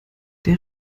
der